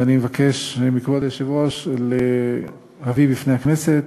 ואני מבקש מכבוד היושב-ראש להביא בפני הכנסת